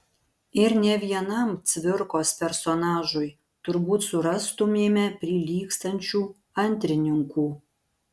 ir ne vienam cvirkos personažui turbūt surastumėme prilygstančių antrininkų